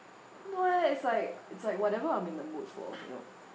no eh it's like it's like whatever I'm in the mood for you know